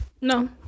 No